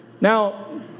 Now